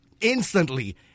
instantly